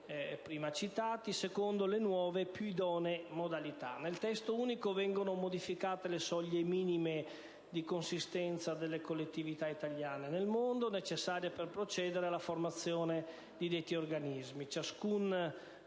prima citati secondo le nuove e più idonee modalità. Nel Testo unico vengono modificate le soglie minime di consistenza delle collettività italiane nel mondo necessarie per procedere alla formazione di detti organismi.